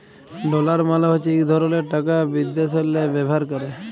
dollar মালে হছে ইক ধরলের টাকা বিদ্যাশেল্লে ব্যাভার ক্যরে